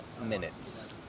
minutes